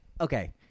Okay